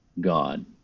God